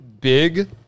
big